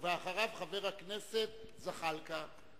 אחריו, חבר הכנסת זחאלקה.